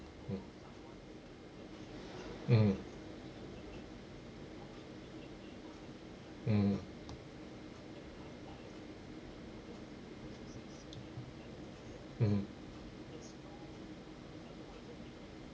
mm mm mm mm